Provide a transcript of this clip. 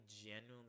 genuinely